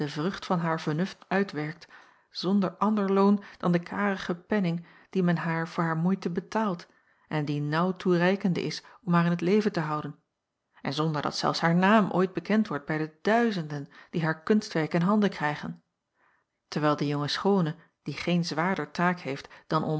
vrucht van haar vernuft uitwerkt zonder ander loon dan den karigen penning dien men haar voor haar moeite betaalt en die naauw toereikende is om haar in t leven te houden en zonder dat zelfs haar naam ooit bekend wordt bij de duizenden die haar kunstwerk in handen krijgen terwijl de jonge schoone die geen zwaarder taak heeft dan